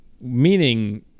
meaning